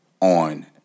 on